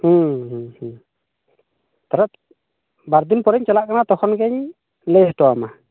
ᱛᱟᱦᱚᱞᱮ ᱵᱟᱨᱫᱤᱱ ᱯᱚᱨᱤᱧ ᱪᱟᱞᱟ ᱠᱟᱱᱟ ᱛᱚᱠᱷᱚᱱ ᱜᱮᱧ ᱞᱟᱹᱭ ᱦᱚᱴᱚᱣᱟᱢᱟ